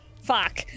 Fuck